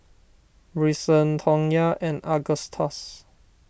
Brycen Tonya and Agustus